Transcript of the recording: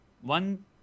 One